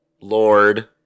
Lord